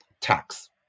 tax